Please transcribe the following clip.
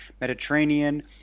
Mediterranean